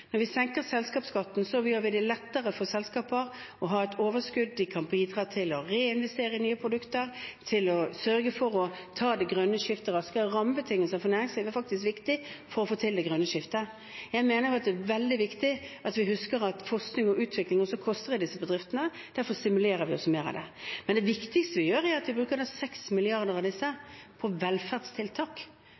Når vi senker selskapsskatten, gjør vi det lettere for selskaper å ha et overskudd de kan bruke til å reinvestere i nye produkter og sørge for å ta det grønne skiftet raskere. Rammebetingelser for næringslivet er faktisk viktig for å få til det grønne skiftet. Jeg mener det er veldig viktig at vi husker at forskning og utvikling også koster i disse bedriftene, derfor stimulerer vi også til mer av det. Men det viktigste vi gjør, er å bruke 6 mrd. kr av disse til velferdstiltak